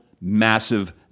massive